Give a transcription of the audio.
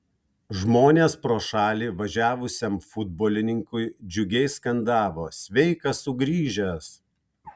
žmonės pro šalį važiavusiam futbolininkui džiugiai skandavo sveikas sugrįžęs